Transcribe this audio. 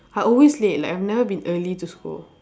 I always late like I've never been early to school